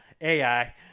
AI